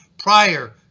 prior